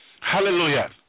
Hallelujah